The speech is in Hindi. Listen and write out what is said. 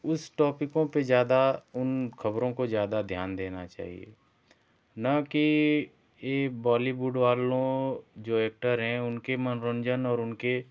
उस टॉपिकों पर ज़्यादा उन खबरों को ज़्यादा ध्यान देना चाहिए न कि ई बॉलीवुड वालों जो एक्टर हैं उनके मनोरंजन और उनके